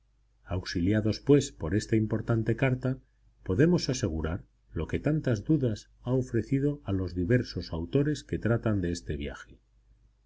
auxiliados pues por esta importante carta podemos asegurar lo que tantas dudas ha ofrecido a los diversos autores que tratan de este viaje